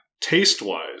Taste-wise